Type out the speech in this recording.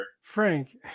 Frank